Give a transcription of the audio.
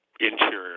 interior